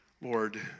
Lord